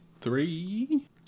three